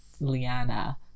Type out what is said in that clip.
liana